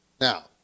Now